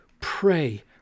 pray